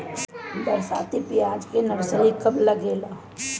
बरसाती प्याज के नर्सरी कब लागेला?